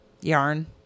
Yarn